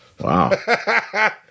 Wow